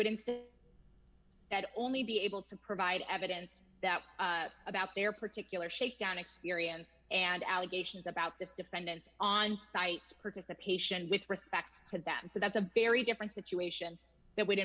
would instead that only be able to provide evidence that about their particular shakedown experience and allegations about this defendant on site participation with respect to that so that's a very different situation that would